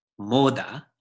Moda